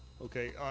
Okay